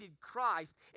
Christ